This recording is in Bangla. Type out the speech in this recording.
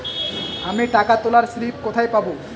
আমি টাকা তোলার স্লিপ কোথায় পাবো?